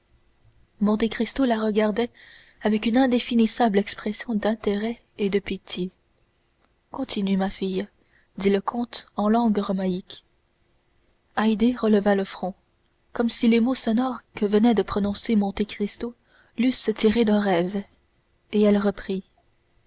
monte cristo la regardait avec une indéfinissable expression d'intérêt et de pitié continue ma fille dit le comte en langue romaïque haydée releva le front comme si les mots sonores que venait de prononcer monte cristo l'eussent tirée d'un rêve et elle reprit